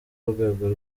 w’urwego